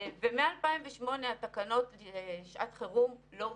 ומ-2008 התקנות לשעת חירום לא הותקנו.